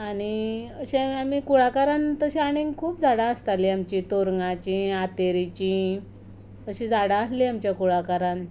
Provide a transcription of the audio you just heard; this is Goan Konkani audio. आनी अशें आमी कुळागरांत तशीं आनी खूब झाडां आसतालीं आमचीं तोरंगाचीं आंतेरीचीं अशीं झाडां आसलीं आमच्या कुळागरांत